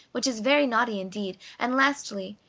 which is very naughty indeed and lastly,